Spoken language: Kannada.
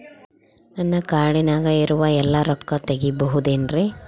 ನನ್ನ ಕಾರ್ಡಿನಾಗ ಇರುವ ಎಲ್ಲಾ ರೊಕ್ಕ ತೆಗೆಯಬಹುದು ಏನ್ರಿ?